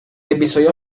episodio